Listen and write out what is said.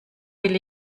will